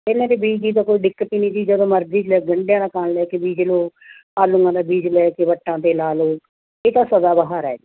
ਇਹਨਾਂ ਦੇ ਬੀਜ ਦੀ ਤਾਂ ਕੋਈ ਦਿੱਕਤ ਹੀ ਨਹੀਂ ਜੀ ਜਦੋਂ ਮਰਜੀ ਲੈ ਗੰਢਿਆ ਦਾ ਕਣ ਲੈ ਕੇ ਬੀਜ ਲਓ ਆਲੂਆਂ ਦਾ ਬੀਜ ਲੈ ਕੇ ਵੱਟਾਂ 'ਤੇ ਲਾ ਲਓ ਇਹ ਤਾਂ ਸਦਾ ਬਹਾਰ ਹੈ ਜੀ